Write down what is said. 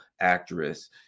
actress